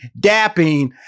dapping